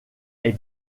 est